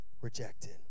Rejected